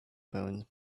bones